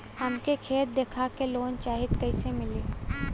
हमके खेत देखा के लोन चाहीत कईसे मिली?